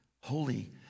holy